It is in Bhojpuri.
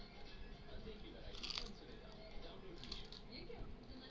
कउनो भी पौधा के जीन के दूसरे में डाल के नया फसल विकसित करल जाला